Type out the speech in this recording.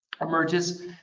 emerges